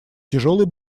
тяжелый